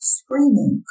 screaming